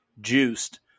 juiced